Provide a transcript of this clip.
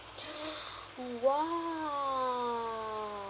!wow!